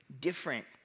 different